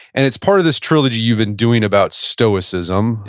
and it's part of this trilogy you've been doing about stoicism,